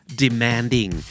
demanding